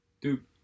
Dude